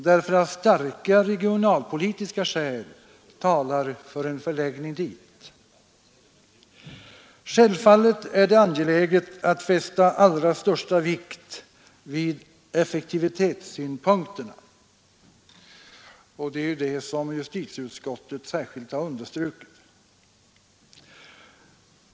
Därför att starka regionalpolitiska skäl talar för en förläggning dit. Självfallet är det angeläget att fästa allra största vikt vid effektivitetssynpunkterna, och det är vad justitieutskottet särskilt har understrukit.